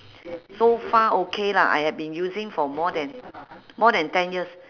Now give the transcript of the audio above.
so far okay lah I had been using for more than more than ten years